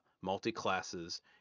multi-classes